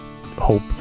hope